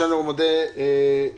אני מודה